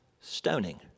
stoning